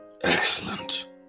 Excellent